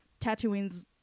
Tatooine's